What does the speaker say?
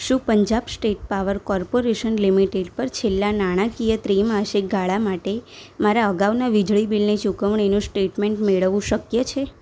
શું Punjab state power corporation limited પર છેલ્લા નાણાકીય ત્રિમાસિક ગાળા માટે મારાં અગાઉનાં વીજળી બિલની ચૂકવણીનું શ્ટેટમેન્ટ મેળવવું શક્ય છે